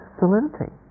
solidity